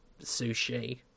sushi